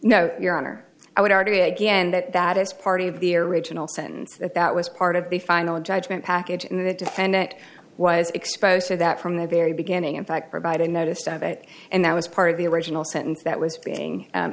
no your honor i would argue again that that is part of the original sentence that that was part of the final judgment package in the defendant was exposed to that from the very beginning in fact provide a notice of it and that was part of the original sentence that was being